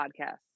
podcast